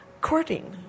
courting